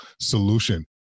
solution